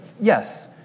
Yes